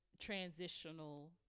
transitional